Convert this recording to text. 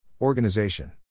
Organization